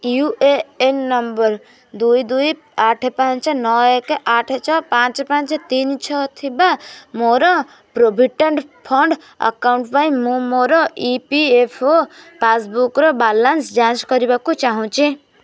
you A N number ଦୁଇ ଦୁଇ ଆଠ ପାଞ୍ଚ ନଅ ଏକ ଆଠ ଛଅ ପାଞ୍ଚ ପାଞ୍ଚ ତିନି ଛଅ ଥିବା ମୋର ପ୍ରୋଭିଡ଼େଣ୍ଟ ଫଣ୍ଡ ଆକାଉଣ୍ଟ ପାଇଁ ମୁଁ ମୋର ଇ ପି ଏଫ୍ ଓ ପାସ୍ବୁକ୍ର ବାଲାନ୍ସ ଯାଞ୍ଚ କରିବାକୁ ଚାହୁଁଛି